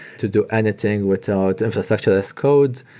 to do anything without infrastructureless code.